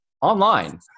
online